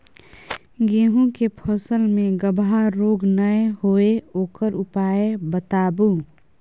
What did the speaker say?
गेहूँ के फसल मे गबहा रोग नय होय ओकर उपाय बताबू?